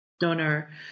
donor